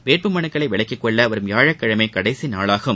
வேட்பு மனுக்களை விலக்கிக்கொள்ள வரும் வியாழக்கிழமை கடைசி நாளாகும்